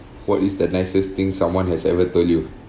what is the nicest thing someone has ever told you